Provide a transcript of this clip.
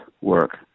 work